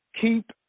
keep